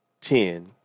ten